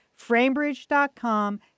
Framebridge.com